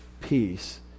peace